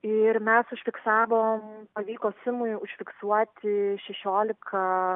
ir mes užfiksavom pavyko simui užfiksuoti šešiolika